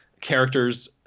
characters